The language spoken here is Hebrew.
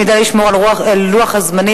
ואם נדע לשמור על לוח הזמנים,